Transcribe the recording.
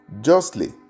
justly